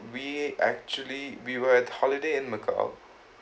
we actually we were at holiday in macau